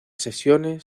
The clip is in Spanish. sesiones